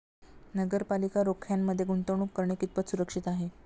नगरपालिका रोख्यांमध्ये गुंतवणूक करणे कितपत सुरक्षित आहे?